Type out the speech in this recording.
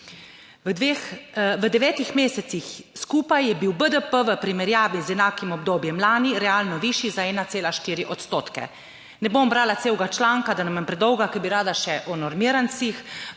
V devetih mesecih skupaj je bil BDP v primerjavi z enakim obdobjem lani realno višji za 1,4 odstotke. Ne bom brala celega članka, da ne bom predolga, ker bi rada še o normirancih